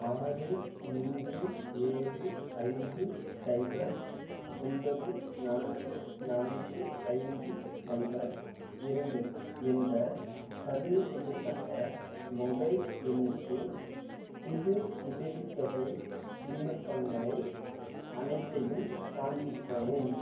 ஆறு மூன்று ஏழு ஐந்து சைபர் ஒன்பது நான்கு நான்கு ஐந்து சைபர் இரண்டு என்ற பதிவுசெய்யப்பட்ட மொபைல் எண்ணுக்கு புது உதவித்தொகை விண்ணப்பங்களை அனைத்தையும் காண்பிக்கவும்